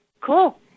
cool